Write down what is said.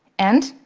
and